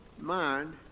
Mind